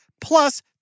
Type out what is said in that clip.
plus